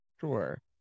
sure